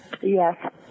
Yes